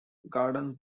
gardens